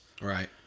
right